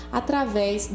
através